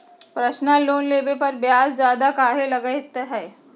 Personal loan लेबे पर ब्याज ज्यादा काहे लागईत है?